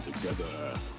Together